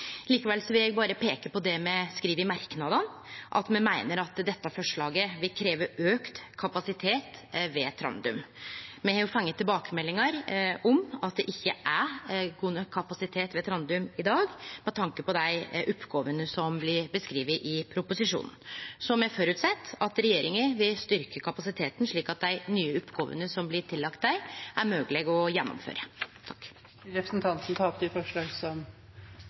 me skriv i merknadene, at me meiner at dette forslaget vil krevje auka kapasitet ved Trandum. Me har fått tilbakemeldingar om at det ikkje er god nok kapasitet ved Trandum i dag med tanke på dei oppgåvene som blir beskrivne i proposisjonen, så me føreset at regjeringa vil styrkje kapasiteten, slik at dei nye oppgåvene som blir lagde til Trandum, er mogleg å gjennomføre. Eg tek opp forslaget frå Arbeidarpartiet og SV. Representanten Lene Vågslid har tatt opp det